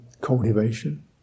cultivation